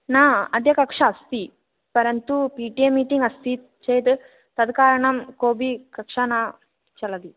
न अद्य कक्षा अस्ति परन्तु पि टि एम् इति अस्ति चेत् तत् कारणं कोपि कक्षा न चलति